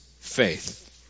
faith